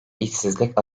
işsizlik